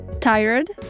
tired